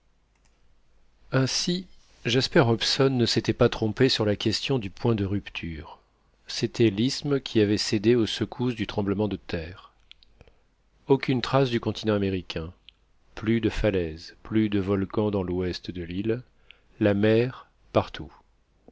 ainsi jasper hobson ne s'était pas trompé sur la question du point de rupture c'était l'isthme qui avait cédé aux secousses du tremblement de terre aucune trace du continent américain plus de falaises plus de volcans dans l'ouest de l'île la mer partout